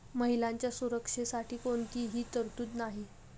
महिलांच्या सुरक्षेसाठी कोणतीही तरतूद नाही